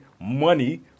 money